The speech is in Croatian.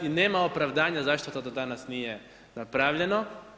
I nema opravdanja zašto to do danas nije napravljeno.